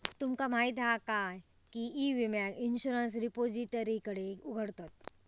तुमका माहीत हा काय की ई विम्याक इंश्युरंस रिपोजिटरीकडे उघडतत